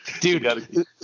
Dude